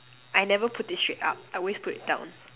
I never put it straight up I always put it straight down